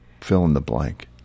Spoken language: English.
fill-in-the-blank